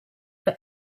for